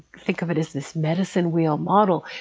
think of it as this medicine wheel model,